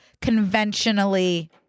conventionally